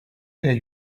there